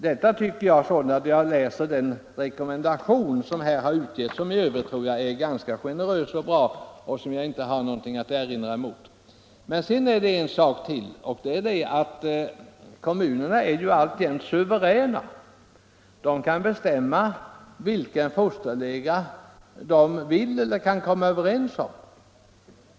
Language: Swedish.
Detta tycker jag när jag läser den rekommendation som har utgetts och som i övrigt är ganska generös och bra och som jag inte har någonting att erinra mot. Kommunerna är ju alltjämt suveräna. De kan bestämma vilken fosterlega de önskar eller kommer överens om.